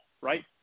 right